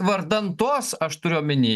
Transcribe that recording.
vardan tos aš turiu omeny